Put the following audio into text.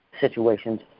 situations